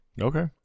Okay